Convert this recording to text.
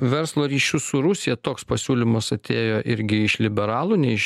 verslo ryšius su rusija toks pasiūlymas atėjo irgi iš liberalų nei iš